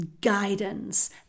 guidance